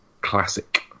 classic